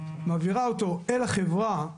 מעבירה אותו אל החברה.